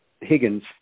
Higgins